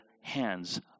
hands